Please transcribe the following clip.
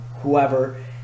whoever